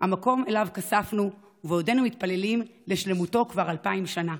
המקום שאליו נכספנו ועודנו מתפללים לשלמותו כבר אלפיים שנה.